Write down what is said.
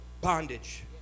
bondage